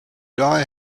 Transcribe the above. die